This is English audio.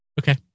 okay